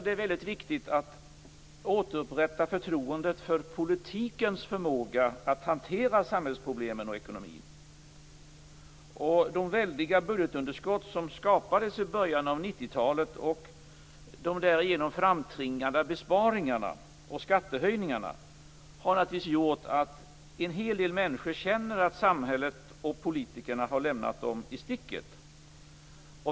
Det är viktigt att återupprätta förtroendet för politikens förmåga att hantera samhällsproblemen och ekonomin. De väldiga budgetunderskott som skapades i början av 90-talet och de därigenom framtvingade besparingarna och skattehöjningarna har naturligtvis gjort att en hel del människor känner att samhället och politikerna har lämnat dem i sticket.